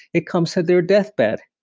it comes to their death bed.